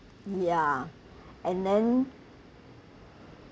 ya and then